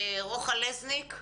רוחה לזניק.